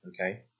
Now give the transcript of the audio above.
okay